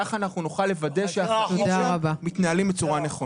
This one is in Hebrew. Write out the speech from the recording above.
כך נוכל לוודא שהחיים שם מתנהלים בצורה נכונה.